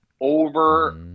over